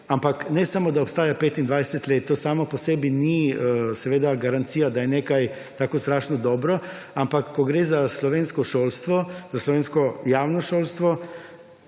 ampak ne samo, da obstaja 25 let, to samo po sebi in garancija, da je nekaj tako strašno dobro, ampak, ko gre za slovensko šolstvo, za slovensko javno šolstvo,